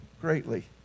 greatly